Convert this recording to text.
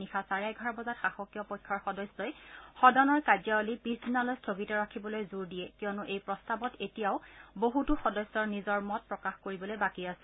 নিশা চাৰে এঘাৰ বজাত শাসকীয় পক্ষৰ সদস্যই সদনৰ কাৰ্যাৱলী পিছদিনালৈ স্থগিত ৰাখিবলৈ জোৰ দিয়ে কিয়নো এই প্ৰস্তাৱত এতিয়াও বহুতো সদস্যৰ নিজৰ মত প্ৰকাশ কৰিবলৈ বাকী আছে